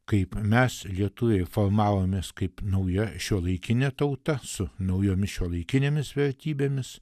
kaip mes lietuviai formavomės kaip nauja šiuolaikinė tauta su naujomis šiuolaikinėmis vertybėmis